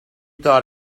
thought